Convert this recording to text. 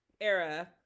era